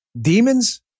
demons